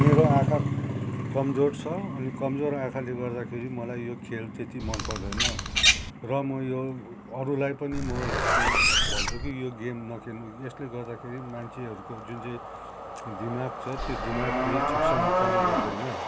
मेरो आँखा कमजोर छ अनि कमजोर आँखाले गर्दाखेरि मलाई यो खेल त्यति मन पर्दैन र म यो अरूलाई पनि म के भन्छु कि यो गेम नखेल्नु यसले गर्दाखेरि मान्छेहरूको जुन चाहिँ जुन दिमाग छ त्यो दिमागले ठिकसँग काम गर्दैन